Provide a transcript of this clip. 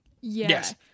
Yes